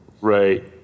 Right